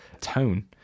tone